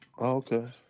Okay